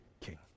king